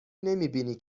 نمیبینی